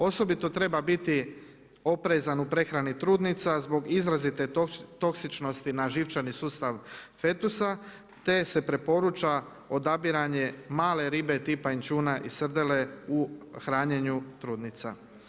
Osobito treba biti oprezan u prehrani trudnica zbog izrazite toksičnosti na živčani sustav fetusa te se preporuča odabiranje male ribe tipa inčuna i srdele u hranjenju trudnica.